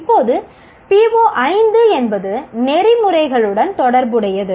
இப்போது PO5 என்பது நெறிமுறைகளுடன் தொடர்புடையது